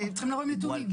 צריכים לבוא עם הנתונים.